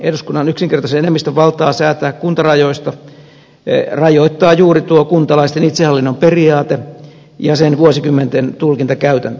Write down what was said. eduskunnan yksinkertaisen enemmistön valtaa säätää kuntarajoista rajoittaa juuri tuo kuntalaisten itsehallinnon periaate ja sen vuosikymmenten tulkintakäytäntö